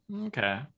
Okay